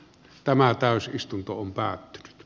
tämä täys istuntoon päät